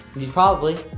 you? probably.